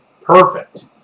Perfect